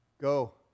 Go